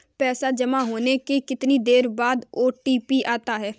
पैसा जमा होने के कितनी देर बाद ओ.टी.पी आता है?